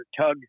Tug